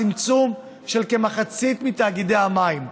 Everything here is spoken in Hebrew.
צמצום של כמחצית מתאגידי המים.